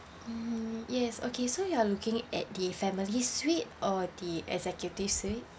mm yes okay so you are looking at the family's suite or the executives suite